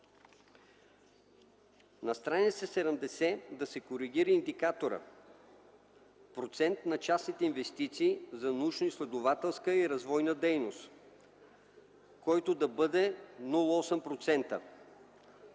На страница 70, да се коригира индикаторът „Процент на частните инвестиции за научноизследователска и развойна дейност”, който да бъде 0,8%.